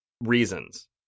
reasons